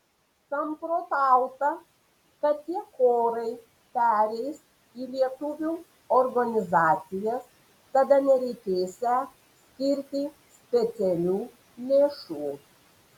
samprotauta kad tie chorai pereis į lietuvių organizacijas tada nereikėsią skirti specialių lėšų